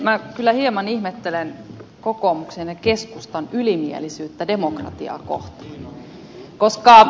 minä kyllä hieman ihmettelen kokoomuksen ja keskustan ylimielisyyttä demokratiaa kohtaan